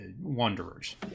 wanderers